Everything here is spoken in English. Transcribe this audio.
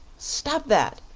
stop that!